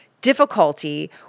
difficulty